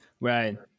Right